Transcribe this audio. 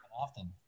often